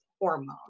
hormone